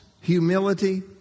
humility